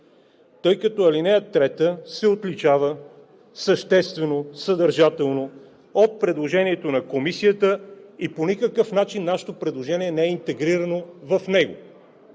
тъй като ал. 3 се отличава съществено, съдържателно от предложението на Комисията и по никакъв начин нашето предложение не е интегрирано в него.